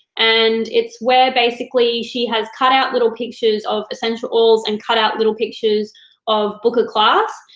and it's where, basically, she has cut out little pictures of essential oils and cut out little pictures of book a class,